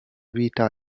vita